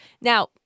Now